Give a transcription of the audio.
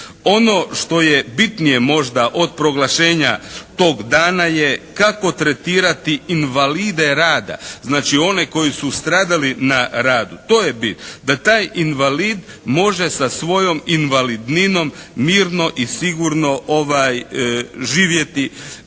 Ono što je bitnije možda od proglašenja tog dana je kako tretirati invalide rada, znači one koji su stradali na radu, to je bit. Da taj invalid može sa svojoj invalidninom mirno i sigurno živjeti